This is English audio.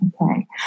Okay